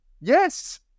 yes